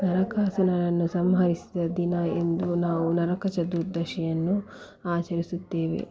ನರಕಾಸುರನನ್ನು ಸಂಹರಿಸಿದ ದಿನ ಎಂದು ನಾವು ನರಕ ಚತುರ್ದಶಿಯನ್ನು ಆಚರಿಸುತ್ತೇವೆ